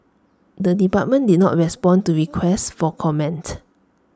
the department did not respond to requests for comment